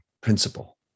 principle